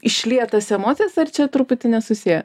išliet tas emocijas ar čia truputį nesusiję